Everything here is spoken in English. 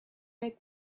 make